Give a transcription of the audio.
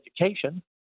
education